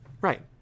right